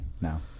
now